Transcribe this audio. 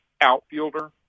outfielder